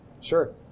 Sure